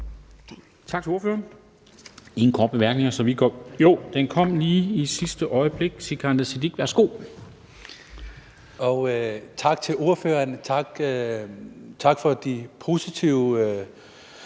Tak til ordføreren.